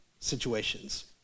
situations